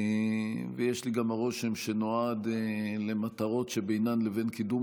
ויש לי גם הרושם שהוא נועד למטרות שבינן לבין קידום